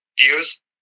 views